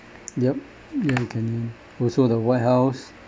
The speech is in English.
yup grand canyon also the white house